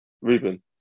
Reuben